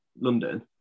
London